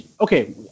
Okay